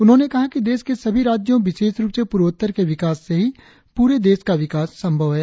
उन्होंने कहा कि देश के सभी राज्यों विशेष रुप से पूर्वोत्तर के विकास से ही पूरे देश का विकास संभव है